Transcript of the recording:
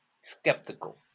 skeptical